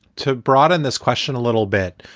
to broaden this question a little bit.